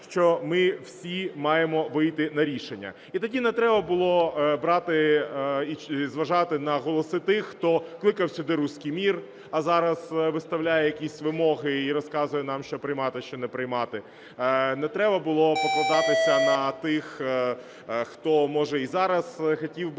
що ми всі маємо вийти на рішення. І тоді не треба було брати і зважати на голоси тих, хто кликав сюди "русский мир", а зараз виставляє якісь вимоги і розказує нам, що приймати, що не приймати, не треба було покладатися на тих, хто може і зараз хотів би,